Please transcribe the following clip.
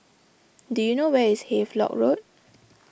do you know where is Havelock Road